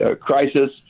crisis